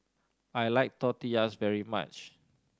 I like Tortillas very much